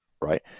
Right